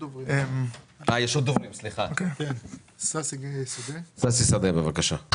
ששי שדה, בבקשה.